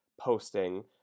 posting